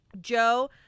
Joe